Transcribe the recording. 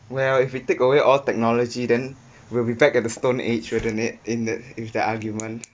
well if you take away all technology then we'll be back at the stone age when it in the if the argument